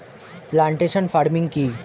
Plantation farming কি?